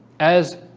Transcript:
as?